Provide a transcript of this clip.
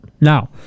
Now